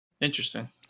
Interesting